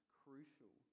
crucial